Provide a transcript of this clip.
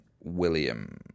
William